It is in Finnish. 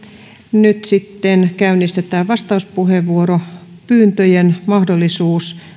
nyt sitten käynnistetään vastauspuheenvuoropyyntöjen mahdollisuus